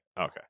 Okay